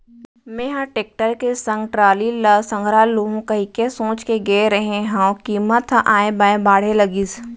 मेंहा टेक्टर के संग टराली ल संघरा लुहूं कहिके सोच के गे रेहे हंव कीमत ह ऑय बॉय बाढ़े लगिस